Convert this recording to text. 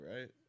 right